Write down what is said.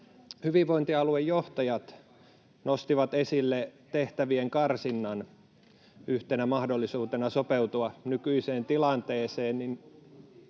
hyvinvointialuejohtajat nostivat esille tehtävien karsinnan yhtenä mahdollisuutena sopeutua nykyiseen tilanteeseen.